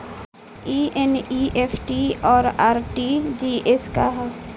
ई एन.ई.एफ.टी और आर.टी.जी.एस का ह?